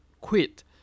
quit